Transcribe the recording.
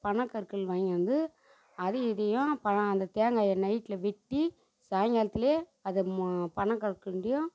பனக்கற்கண் வாங்கியாந்து அதையும் இதையும் அந்த தேங்காயை நைட்டுல வெட்டி சாயங்காலத்துலையே அதை பனங்கற்கண்டையும்